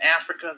Africa